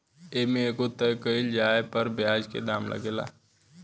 ए में एगो तय कइल समय पर ब्याज के दाम लागेला